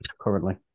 currently